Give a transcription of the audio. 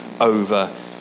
over